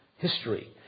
History